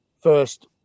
first